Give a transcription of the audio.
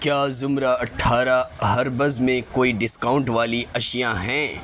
کیا زمرہ اٹھارہ ہربس میں کوئی ڈسکاؤنٹ والی اشیاء ہیں